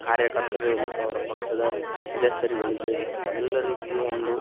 ಕಾರ್ಯಕರ್ತರು ಮತ್ತು ಅವರ ಪಕ್ಷದ ಸದಸ್ಯರುಗಳಿಗೆ ಎಲ್ಲ ರೀತಿಯ ಒಂದು